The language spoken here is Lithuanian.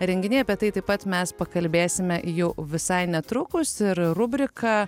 renginiai apie tai taip pat mes pakalbėsime jau visai netrukus ir rubrika